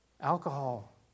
alcohol